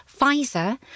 Pfizer